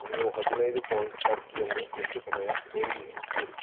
ನೀವು ಹದಿನೈದು ಪೌಂಡ್ ಟರ್ಕಿಯನ್ನು ಎಷ್ಟು ಸಮಯ ಬೇಯಿಸುತ್ತೀರಿ